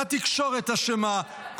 התקשורת אשמה,